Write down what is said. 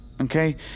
Okay